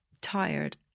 tired